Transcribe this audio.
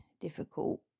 difficult